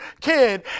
kid